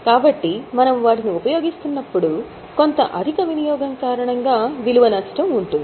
కాబట్టి మనం వాటిని ఉపయోగిస్తున్నప్పుడు కొంత అధిక వినియోగం కారణంగా విలువ నష్టం ఉంటుంది